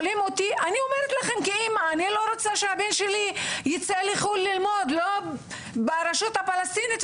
אני לא רוצה שהבן שלי ילמד ברשות הפלסטינית,